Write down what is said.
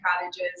cottages